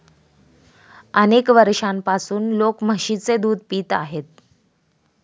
अनेक वर्षांपासून लोक म्हशीचे दूध पित आहेत